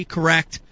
Correct